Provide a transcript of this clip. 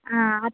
आं आतां